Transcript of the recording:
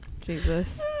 Jesus